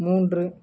மூன்று